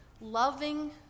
loving